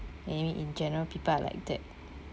maybe in general people are like that